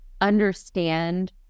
understand